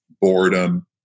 boredom